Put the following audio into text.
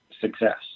success